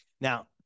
Now